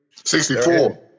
64